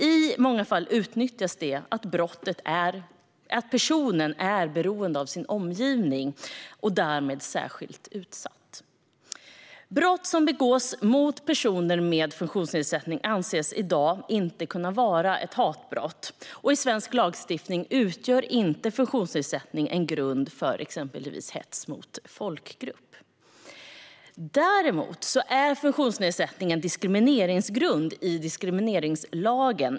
I många fall utnyttjas att personen är beroende av sin omgivning och därmed särskilt utsatt. Brott som begås mot personer med funktionsnedsättning anses i dag inte kunna vara hatbrott, och i svensk lagstiftning utgör inte funktionsnedsättning en grund för exempelvis hets mot folkgrupp. Däremot är funktionsnedsättning en diskrimineringsgrund i diskrimineringslagen.